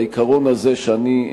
העיקרון הזה שאני,